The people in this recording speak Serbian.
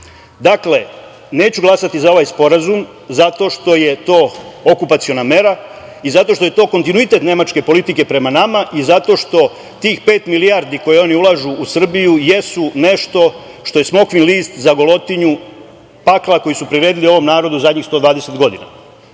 neću glasati za ovaj sporazum zato što je to okupaciona mera i zato što je to kontinuitet nemačke politike prema nama i zato što tih pet milijardi koje oni ulažu u Srbiju jesu nešto što je smokvin list za golotinju pakla koji su priredili ovom narodu zadnjih 120 godina. Mi